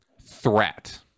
threat